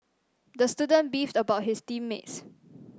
the student beefed about his team mates